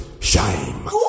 shame